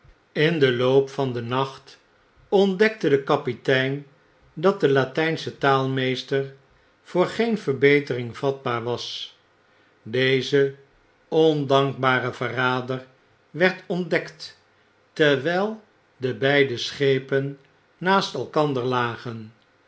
in den loop van den nacht ontdekte de kapitein dat de latijnsche taalmeester voor geen verbetering vatbaar was deze ondankbare verrader werd ontdekt terwgl de beide schepen naast elkander lagen